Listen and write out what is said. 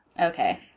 Okay